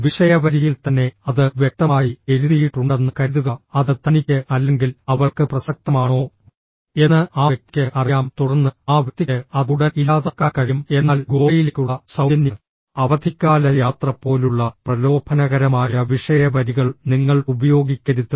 വിഷയ വരിയിൽ തന്നെ അത് വ്യക്തമായി എഴുതിയിട്ടുണ്ടെന്ന് കരുതുക അത് തനിക്ക് അല്ലെങ്കിൽ അവൾക്ക് പ്രസക്തമാണോ എന്ന് ആ വ്യക്തിക്ക് അറിയാം തുടർന്ന് ആ വ്യക്തിക്ക് അത് ഉടൻ ഇല്ലാതാക്കാൻ കഴിയും എന്നാൽ ഗോവയിലേക്കുള്ള സൌജന്യ അവധിക്കാല യാത്ര പോലുള്ള പ്രലോഭനകരമായ വിഷയ വരികൾ നിങ്ങൾ ഉപയോഗിക്കരുത്